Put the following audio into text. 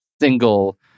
single